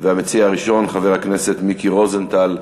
המציע הראשון, חבר הכנסת מיקי רוזנטל,